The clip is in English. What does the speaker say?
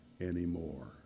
anymore